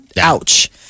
ouch